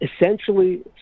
essentially